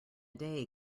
day